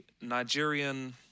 Nigerian